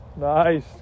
Nice